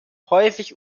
häufig